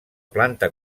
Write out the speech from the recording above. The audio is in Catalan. planta